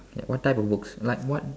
what types of book like what